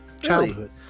childhood